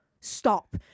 Stop